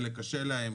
חלק קשה להם,